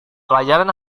pelajaran